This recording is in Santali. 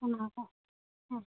ᱚᱱᱟ ᱠᱚ